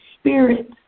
spirit